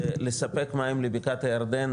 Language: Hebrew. ולספק מים לבקעת הירדן,